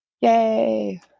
Yay